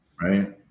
right